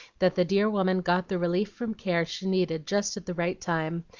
that the dear woman got the relief from care she needed just at the right time,